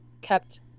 kept